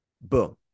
boom